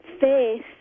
faith